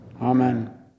Amen